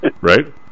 Right